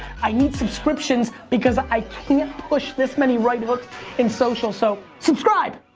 i need subscriptions because i can't push this many right hooks in social, so subscribe!